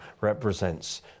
represents